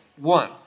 One